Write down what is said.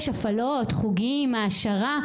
יש הפעלות, חוגים, העשרה.